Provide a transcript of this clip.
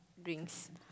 drinks